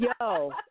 yo